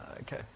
Okay